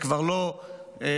זה כבר לא ז'בוטינסקי,